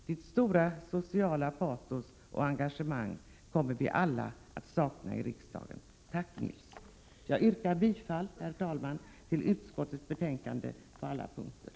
Ditt sociala patos och engagemang kommer vi alla att sakna i riksdagen.